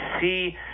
see